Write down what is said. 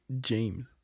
James